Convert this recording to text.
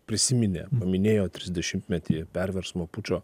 prisiminė paminėjo trisdešimtmetį perversmo pučo